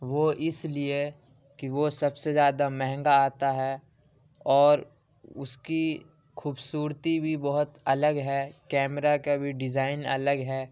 وہ اس لیے کہ وہ سب سے زیادہ مہنگا آتا ہے اور اس کی خوبصورتی بھی بہت الگ ہے کیمرہ کا بھی ڈیزائن الگ ہے